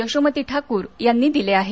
यशोमती ठाकूर यांनी दिले आहेत